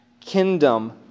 kingdom